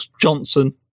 Johnson